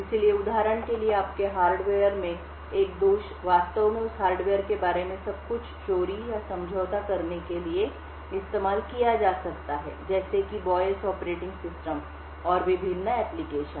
इसलिए उदाहरण के लिए आपके हार्डवेयर में एक दोष वास्तव में उस हार्डवेयर के बारे में सब कुछ चोरी या समझौता करने के लिए इस्तेमाल किया जा सकता है जैसे कि BIOS ऑपरेटिंग सिस्टम और विभिन्न एप्लिकेशन